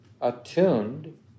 attuned